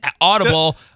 Audible